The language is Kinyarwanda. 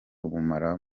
ubumara